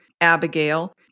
Abigail